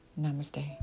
Namaste